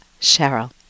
Cheryl